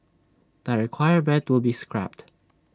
the requirement will be scrapped